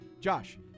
Josh